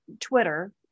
Twitter